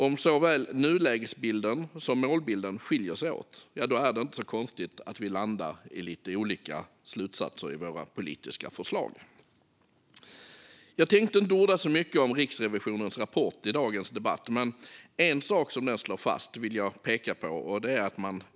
Om såväl nulägesbilden som målbilden skiljer sig åt är det kanske inte så konstigt att vi landar lite olika i våra politiska förslag. Jag tänkte inte orda så mycket om Riksrevisionens rapport i dagens debatt, men en sak som den slår fast vill jag peka på.